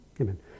Amen